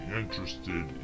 interested